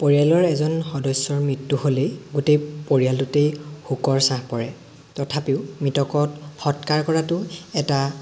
পৰিয়ালৰ এজন সদস্যৰ মৃত্যু হ'লেই গোটেই পৰিয়ালটোতেই শোকৰ ছাঁ পৰে তথাপিও মৃতকত সৎকাৰ কৰাটো এটা